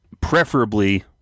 preferably